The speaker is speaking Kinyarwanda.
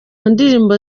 ndirimbo